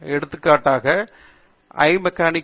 எடுத்துக்காட்டாக ஐமெக்கானிக்கா